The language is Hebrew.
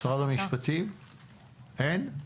משרד המשפטים, אין?